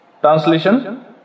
Translation